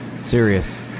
Serious